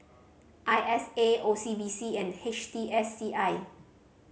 I S A O C B C and H T S C I